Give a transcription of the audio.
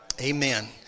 amen